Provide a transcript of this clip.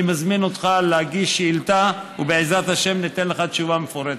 אני מזמין אותך להגיש שאילתה ובעזרת השם ניתן לך תשובה מפורטת.